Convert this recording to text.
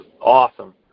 awesome